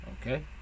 Okay